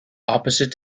opposite